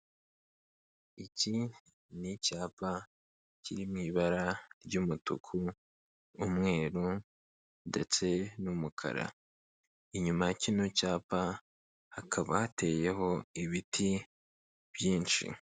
Iki n'icyapa kiri mu ibara ry'umutuku n'umweru ndetse n'umukara, inyuma ya kino cyapa hakaba hateyeho ibiti byinshi.